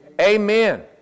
Amen